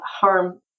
harm